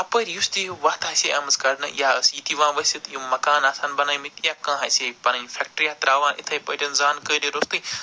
اَپٲرۍ یُس تہِ وَتھ آسے آمٕژ کڑنہٕ یا ٲس یہِ تہِ یِوان ؤسِتھ یِم مکان آسن بنٲمٕتۍ یا کانٛہہ اسہَے پنٕنۍ فٮ۪کٹری یا تراوان اِتھے پٲٹھۍ زان کٲری رُسٕے تہٕ